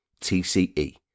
TCE